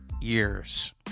years